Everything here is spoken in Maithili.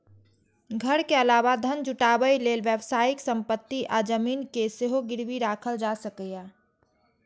घर के अलावा धन जुटाबै लेल व्यावसायिक संपत्ति आ जमीन कें सेहो गिरबी राखल जा सकैए